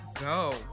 go